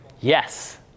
Yes